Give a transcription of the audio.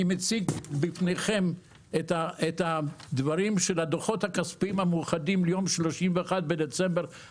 אני מציג בפניכם את הדוחות הכספיים המאוחדים ליום 31.12.2020,